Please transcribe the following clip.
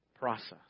process